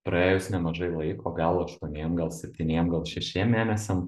praėjus nemažai laiko gal aštuoniem gal septyniem gal šešiem mėnesiam